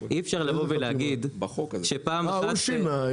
אי אפשר לבוא ולהגיד שפעם אחת --- לגבי החוק הוא שינה,